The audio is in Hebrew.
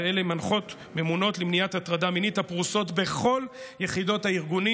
ואלה מנחות ממונים למניעת הטרדה מינית הפרוסים בכל יחידות הארגונים,